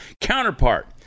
counterpart